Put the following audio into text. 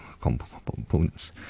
components